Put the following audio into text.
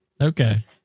Okay